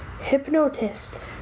Hypnotist